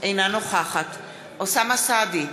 אינה נוכחת אוסאמה סעדי,